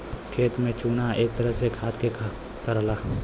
खेत में चुना एक तरह से खाद के काम करला